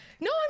No